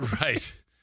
Right